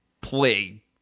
play